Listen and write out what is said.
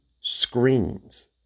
screens